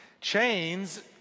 Chains